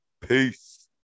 Peace